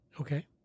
Okay